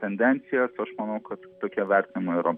tendencijas aš manau kad tokie vertinimai yra